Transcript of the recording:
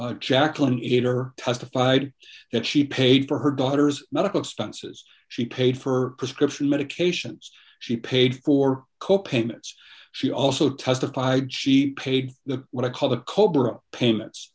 jacqueline eater testified that she paid for her daughter's medical expenses she paid for prescription medications she paid for co payments she also testified she paid the what i call the cobra payments